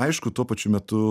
aišku tuo pačiu metu